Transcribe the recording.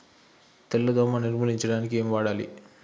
తెల్ల దోమ నిర్ములించడానికి ఏం వాడాలి?